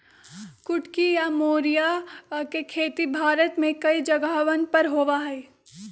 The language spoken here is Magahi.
कुटकी या मोरिया के खेती भारत में कई जगहवन पर होबा हई